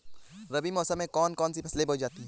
रबी मौसम में कौन कौन सी फसलें बोई जाती हैं?